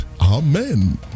Amen